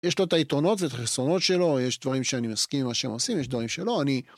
יש לו את היתרונות ואת החסרונות שלו, יש דברים שאני מסכים עם מה שהם עושים, יש דברים שלא, אני...